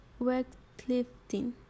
weightlifting